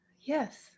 yes